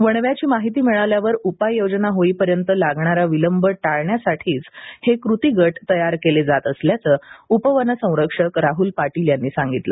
वणव्याची माहिती मिळाल्यावर उपाय योजना होईपर्यंत लागणारा विलंब टाळण्यासाठीच हे कृती गट तयार केले जात असल्याचं उपवनसंरक्षक राहल पाटील यांनी सांगितलं